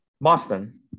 Boston